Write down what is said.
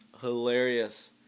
hilarious